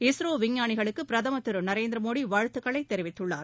இஸ்ரோ விஞ்ஞானிகளுக்கு பிரதமர் திரு நரேந்திரமோடி வாழ்த்துக்களை தெரிவித்துள்ளார்